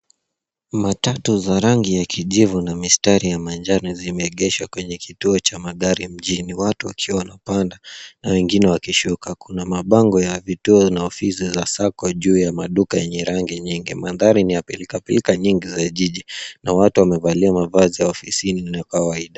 Matatu za rangi ya kijivu mistari ya manjano, zimeegeshwa kwenye kituo cha magari mjini. Watu wakiwa wanapanda na wengine wakishuka. Kuna mabango ya vituo na ofisi za SACCO juu ya duka yenye rangi nyingi. Mandhari ni ya pilikapilika nyingi za jiji na watu wamevalia mavazi ya ofisini na kawaida.